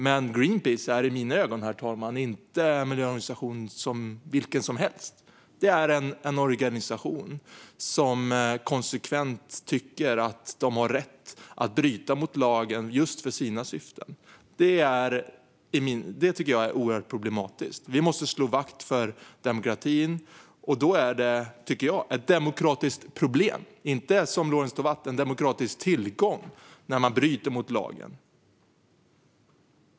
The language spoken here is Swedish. Men Greenpeace är i mina ögon inte en miljöorganisation vilken som helst, herr talman. Det är en organisation som konsekvent tycker sig ha rätt att bryta mot lagen för just sina syften. Det tycker jag är oerhört problematiskt. Vi måste slå vakt om demokratin, och jag tycker att det är ett demokratiskt problem - och inte, som Lorentz Tovatt, en demokratisk tillgång - när någon bryter mot lagen.